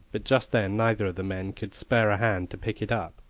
but just then neither of the men could spare a hand to pick it up.